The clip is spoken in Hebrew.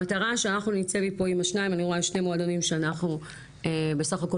אני רואה שני מועדונים שאנחנו בסך הכול